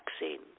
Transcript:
vaccine